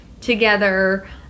together